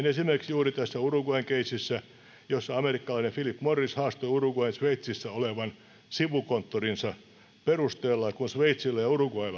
esimerkiksi juuri tässä uruguayn keississä jossa amerikkalainen philip morris haastoi uruguayn sveitsissä olevan sivukonttorinsa perusteella kun sveitsillä ja